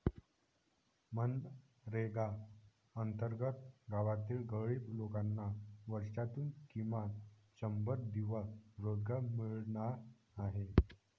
मनरेगा अंतर्गत गावातील गरीब लोकांना वर्षातून किमान शंभर दिवस रोजगार मिळणार आहे